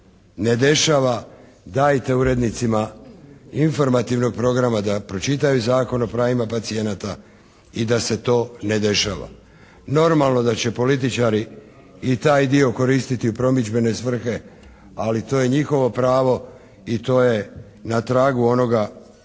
ne dešava, dajte urednicima informativnog programa da pročitaju Zakon o pravima pacijenata i da se to ne dešava. Normalno da će političari i taj dio koristiti u promidžbene svrhe, ali to je njihovo pravo i to je na tragu onoga "sliku